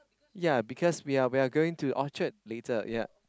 yea because we are we are going to Orchard later yea